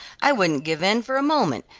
i wouldn't give in for a moment,